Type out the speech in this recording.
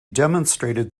demonstrated